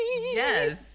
yes